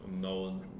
No